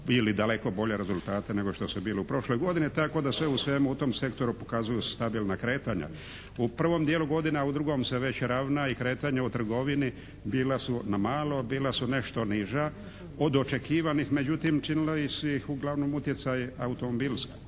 ili daleko bolje rezultate nego što su bili u prošloj godini. Tako da sve u svemu u tom sektoru pokazuju se stabilna kretanja u prvom dijelu godine, a u drugom se već ravna i kretanje u trgovini bila su, na malo, bila su nešto niža od očekivanih. Međutim, činila su ih uglavnom utjecaji automobilska,